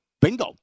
Bingo